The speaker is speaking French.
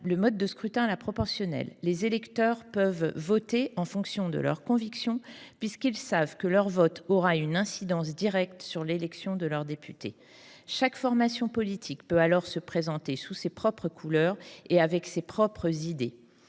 le mode de scrutin à la proportionnelle, les électeurs peuvent voter en fonction de leurs convictions, car ils savent que leur vote aura une incidence directe sur l’élection de leur député. Chaque formation politique peut alors se présenter sous ses propres couleurs et avec ses propres idées.